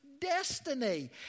destiny